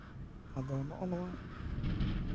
ᱟᱫᱚ ᱱᱚᱜᱼᱚᱭ ᱱᱚᱣᱟ